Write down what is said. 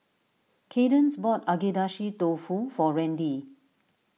Kaydence bought Agedashi Dofu for Randy